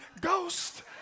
Ghost